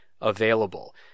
available